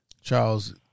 Charles